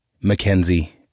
Mackenzie